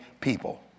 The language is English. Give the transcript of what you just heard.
people